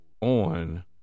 on